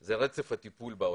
זה רצף הטיפול בעולה.